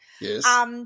Yes